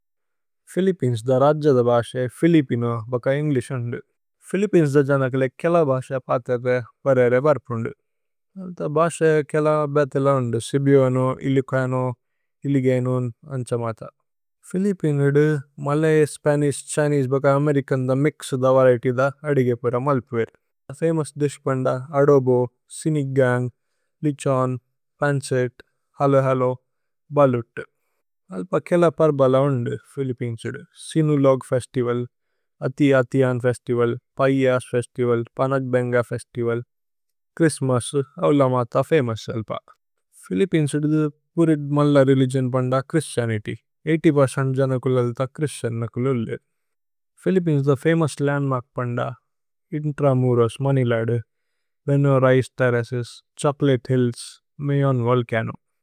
ഫിലിപ്പിനേസ് ദ രജ്ജ ദ ബാസേ ഫിലിപിനോ ബക ഏന്ഗ്ലിശ് ഓന്ദു। ഫിലിപ്പിനേസ് ദ ജനകലേ കേല ബാസേ പതേരേരേ പരേരേ വര്പ് ഓന്ദു। അല്ത ബാസേ കേല ബേതേല ഓന്ദു, സിബിഓനു, ഇലികുഏനു, ഇലിഗേനു, അന്ഛ മത। ഫിലിപ്പിനേസ് ഇദു മലയ്, സ്പനിശ്, ഛ്ഹിനേസേ ബക അമേരിചന് ദ മിക്സ് ദ വരിഏത്യ് ദ അദിഗേ പുര മല്പുഏര്। ഫമോഉസ് ദിശ്പന്ദ അദോബോ, സ്ചേനിച് ഗന്ഗ്, lechon, pancit, halo halo, balut. അല്പ കേല പര് ബല ഓന്ദു ഫിലിപ്പിനേസ് ഇദു। Sinulog festival, Ati Atihan festival, Pahiyas festival, Panagbenga festival. Christmas, അവ്ല മത ഫമോഉസ് അല്പ। ഫിലിപ്പിനേസ് ഇദു പുരിത് മല്ല രേലിഗിഓന് പന്ദ ഛ്ഹ്രിസ്തിഅനിത്യ്। എൺപത്% ജനകുലേ ലത ഛ്ഹ്രിസ്തിഅന് നകുലേ ഉലിത്। ഫിലിപ്പിനേസ് ദ ഫമോഉസ് ലന്ദ്മര്ക് പന്ദ ഇന്ത്രമുരോസ്, മനിലദു, Banaue rice terraces, Chocolate Hills, Mayon Volcano.